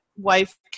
wife